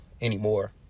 anymore